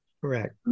Correct